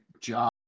job